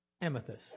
Amethyst